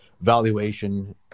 valuation